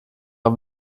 ein